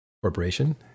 Corporation